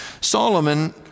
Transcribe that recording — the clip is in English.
Solomon